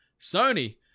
Sony